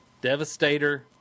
Devastator